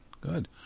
good